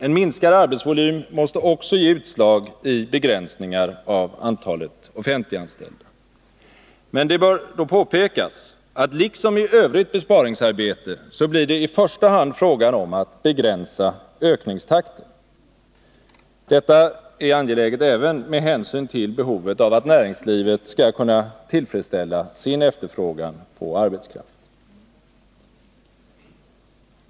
En minskad arbetsvolym måste också ge utslag i begränsningar av antalet offentliganställda. Men det bör påpekas, att liksom i övrigt besparingsarbete blir det i första hand fråga om att begränsa ökningstakten. Detta är angeläget även med hänsyn till behovet av att näringslivet skall kunna tillfredsställa sin efterfrågan på arbetskraft.